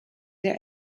der